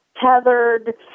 tethered